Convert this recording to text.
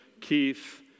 Keith